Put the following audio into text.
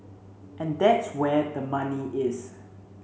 and that's where the money is